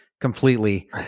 completely